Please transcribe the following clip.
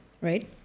right